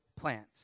plant